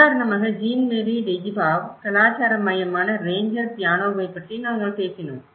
உதாரணமாக Jean Marie Tjibaou கலாச்சார மையமான ரேஞ்சர் பியானோவைப் பற்றி நாங்கள் பேசினோம்